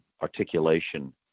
articulation